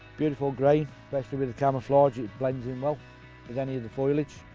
beautiful grain especially with the camouflage, it blends in well with any of the foliage.